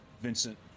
Vincent